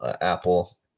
Apple